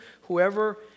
Whoever